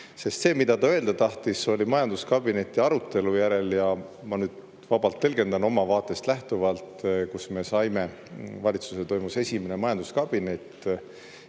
vastu. See, mida ta öelda tahtis majanduskabineti arutelu järel – ja ma nüüd vabalt tõlgendan oma vaatest lähtuvalt –, kus me saime ... Valitsusel toimus esimene majanduskabinet